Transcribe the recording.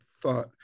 thought